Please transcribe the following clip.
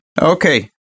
Okay